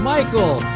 Michael